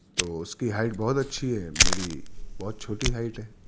تو اس کی ہائٹ بہت اچھی ہے میری بہت چھوٹی ہائٹ ہے